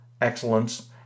excellence